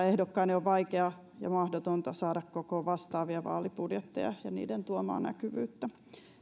ehdokkaiden on vaikeaa jopa mahdotonta saada kokoon vastaavia vaalibudjetteja ja niiden tuomaa näkyvyyttä